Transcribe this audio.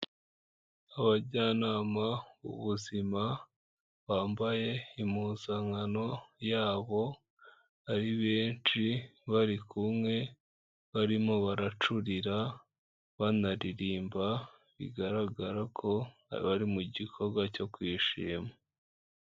Abajyanama b'ubuzima bambaye impuzankano yabo ari benshi, bari kumwe, barimo baracurira, banaririmba, bigaragara ko bari mu gikorwa cyo kwishima.